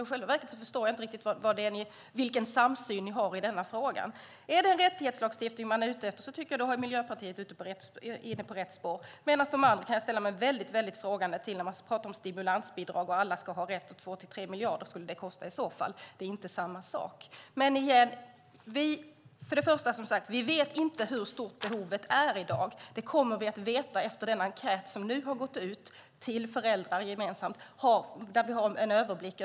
I själva verket förstår jag inte riktigt vilken samsyn som ni har i denna fråga. Är det en rättighetslagstiftning som man är ute efter tycker jag att Miljöpartiet är inne på rätt spår. Men jag ställer mig mycket frågande till de andra när de talar om stimulansbidrag och om att alla ska har rätt till detta. Det skulle i så fall kosta 2-3 miljarder. Det är inte samma sak. Först och främst vet vi inte hur stort behovet är i dag. Det kommer vi att veta efter den enkät som nu har gått ut till föräldrar. Då kommer vi att få en överblick.